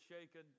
shaken